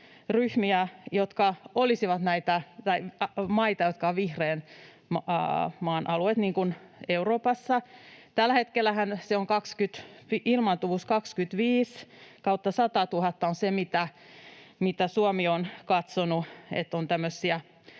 maita, jotka olisivat vihreän alueen maita Euroopassa, tällä hetkellähän ilmaantuvuus 25/100 000 on se, josta Suomi on katsonut,